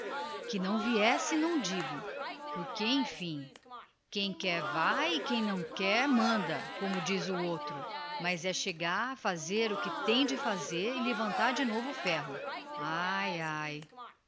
que não viesse não digo porque enfim quem quer vai e quem não quer manda como lá diz o outro mas é chegar aviar o que tem a fazer e levantar de novo o ferro ai ai